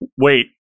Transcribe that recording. Wait